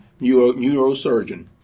neurosurgeon